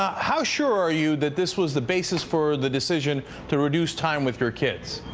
how sure are you that this was the basis for the decision to reduce time with your kids?